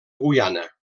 guyana